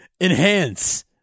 enhance